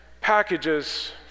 packages